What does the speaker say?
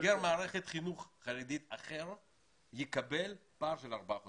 מערכת חינוך חרדית אחר יקבל פער של ארבעה חודשים.